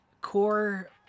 core